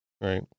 right